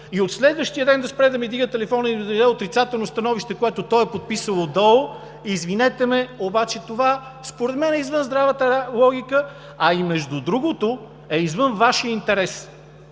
и от следващия ден да спре да ми вдига телефона и да ми даде отрицателно становище, което той е подписал отдолу – извинете ме, обаче това според мен е извън здравата логиката, а и между другото е извън Вашия интерес!